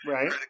Right